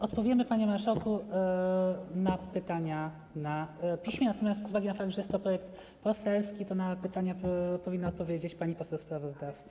Odpowiemy, panie marszałku, na pytania na piśmie, natomiast z uwagi na fakt, że jest to projekt poselski, na pytania powinna odpowiedzieć pani poseł sprawozdawca.